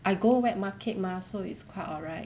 I go wet market mah so it's quite alright